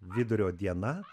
vidurio diena